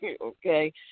okay